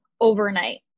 overnight